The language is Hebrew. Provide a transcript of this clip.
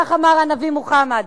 כך אמר הנביא מוחמד,